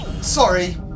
Sorry